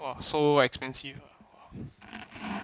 !wah! so expensive